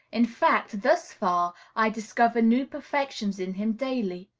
in fact, thus far, i discover new perfections in him daily,